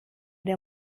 der